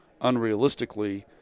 unrealistically